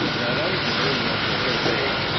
now i'd already been doing that for a whole day,